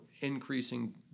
increasing